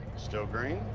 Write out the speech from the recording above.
still green.